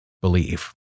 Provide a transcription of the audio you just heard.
believe